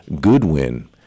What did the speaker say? Goodwin